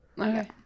Okay